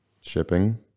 shipping